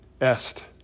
Est